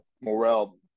Morel